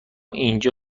اینجا